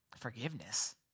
forgiveness